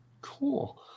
cool